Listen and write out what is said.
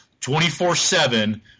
24-7